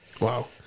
Wow